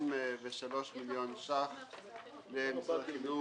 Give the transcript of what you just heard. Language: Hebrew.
של263 מיליון שקלים למשרד החינוך.